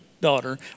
daughter